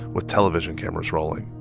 with television cameras rolling.